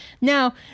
Now